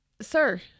sir